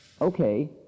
okay